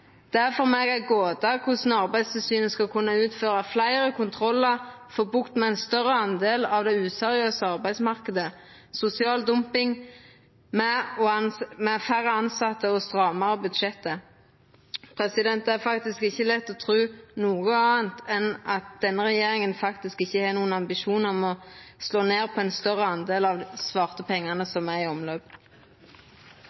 er for meg ei gåte korleis Arbeidstilsynet skal kunna utføra fleire kontrollar, få bukt med ein større del av den useriøse arbeidsmarknaden og sosial dumping med færre tilsette og strammare budsjett. Det er faktisk ikkje lett å tru noko anna enn at denne regjeringa faktisk ikkje har nokon ambisjon om å slå ned på ein større del av dei svarte